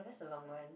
oh that's a long one